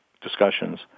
discussions